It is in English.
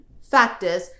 factors